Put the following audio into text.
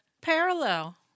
parallel